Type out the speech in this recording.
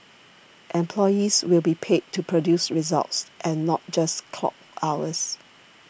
employees will be paid to produce results and not just clock hours